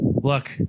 Look